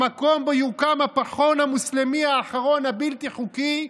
במקום שבו יוקם הפחון המוסלמי האחרון הבלתי-חוקי,